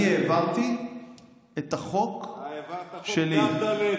אני העברתי את החוק --- אתה העברת חוק דרדלה,